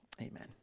amen